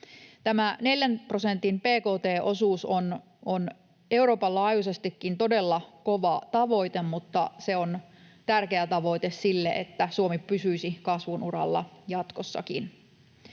Tämä 4 prosentin bkt-osuus on Euroopan laajuisestikin todella kova tavoite, mutta se on tärkeä tavoite siinä, että Suomi pysyisi kasvun uralla jatkossakin.